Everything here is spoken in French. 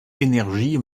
énergie